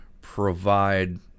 provide